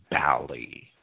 Bali